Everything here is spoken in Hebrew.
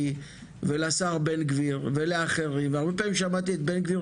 אבל זו הערת ביניים.